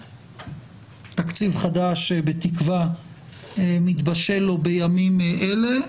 תקציב חדש בתקווה מתבשל לו בימים אלה,